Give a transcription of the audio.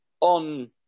on